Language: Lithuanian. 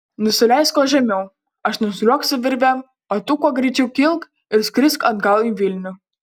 nusileisk kuo žemiau aš nusliuogsiu virve o tu kuo greičiau kilk ir skrisk atgal į vilnių